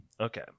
Okay